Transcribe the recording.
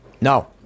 No